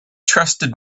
trusted